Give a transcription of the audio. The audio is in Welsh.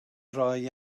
roi